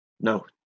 No